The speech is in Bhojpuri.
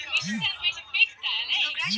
जैविक तरीका से का हमनी लउका के खेती कर सकीला?